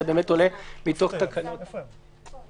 זה באמת עולה מתוך תקנות --- סליחה.